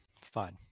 fine